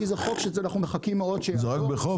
כי זה חוק שאנחנו מחכים מאוד שיעבור --- זה רק בחוק?